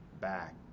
back